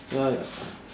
ya